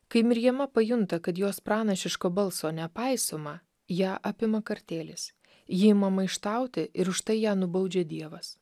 kai mirjama pajunta kad jos pranašiško balso nepaisoma ją apima kartėlis ji ima maištauti ir už tai ją nubaudžia dievas